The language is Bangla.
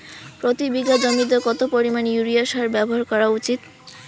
প্রতি বিঘা জমিতে কত পরিমাণ ইউরিয়া সার ব্যবহার করা উচিৎ?